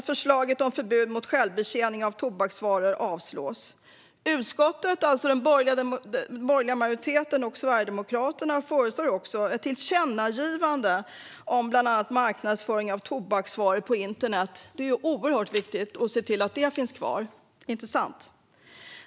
Förslaget om förbud mot självbetjäning av tobaksvaror avstyrks också. Utskottet, alltså den borgerliga majoriteten och Sverigedemokraterna, föreslår också ett tillkännagivande om bland annat marknadsföring av tobaksvaror på internet. Det är ju oerhört viktigt att se till att det finns kvar, inte sant?